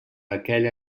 aquella